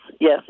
yes